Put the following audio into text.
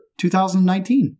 2019